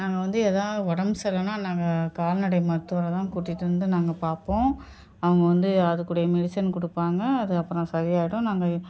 நாங்கள் வந்து எதாவது உடம்பு சரில்லன்னா நாங்கள் கால்நடை மருத்துவரை தான் கூட்டிகிட்டு வந்து நாங்கள் பார்ப்போம் அவங்க வந்து அதுக்குரிய மெடிசன் கொடுப்பாங்க அது அப்புறம் சரியாயிடும் நாங்கள்